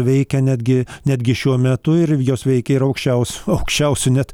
veikia netgi netgi šiuo metu ir jos veikia ir aukščiausiu aukščiausiu net